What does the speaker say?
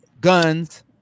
guns